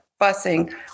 busing